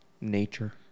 Nature